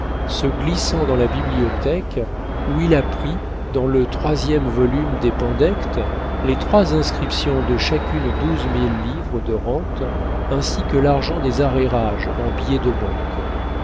se glissant dans la bibliothèque où il a pris dans le troisième volume des pandectes les trois inscriptions de chacune douze mille livres de rentes ainsi que l'argent des arrérages en billets de banque